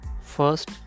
first